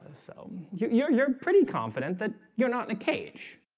ah so you're you're you're pretty confident that you're not in a cage?